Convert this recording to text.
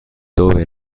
dove